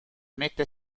mette